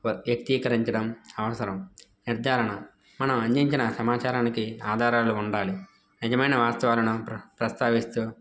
వ్యక్తీకరించడం అవసరం నిర్ధారణ మనం అందించిన సమాచారానికి ఆధారాలు ఉండాలి నిజమైన వాస్తవాలను ప్ర ప్రస్తావిస్తూ